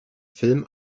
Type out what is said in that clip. film